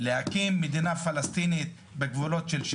להקים מדינה פלסטינית בגבולות 67